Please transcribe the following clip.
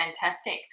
Fantastic